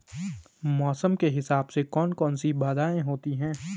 मौसम के हिसाब से कौन कौन सी बाधाएं होती हैं?